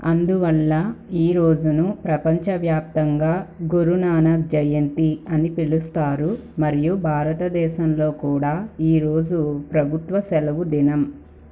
అందువల్ల ఈ రోజును ప్రపంచవ్యాప్తంగా గురునానక్ జయంతి అని పిలుస్తారు మరియు భారతదేశంలో కూడా ఈ రోజు ప్రభుత్వ సెలవుదినం